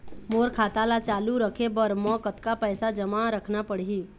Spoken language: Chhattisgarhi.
मोर खाता ला चालू रखे बर म कतका पैसा जमा रखना पड़ही?